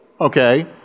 okay